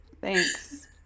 Thanks